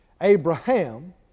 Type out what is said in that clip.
Abraham